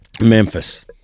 Memphis